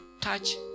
touch